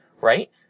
right